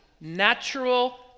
natural